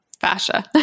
fascia